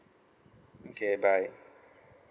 okay bye